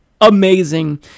amazing